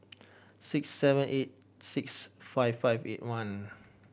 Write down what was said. six seven eight six five five eight one